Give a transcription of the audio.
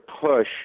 push